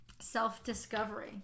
self-discovery